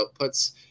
outputs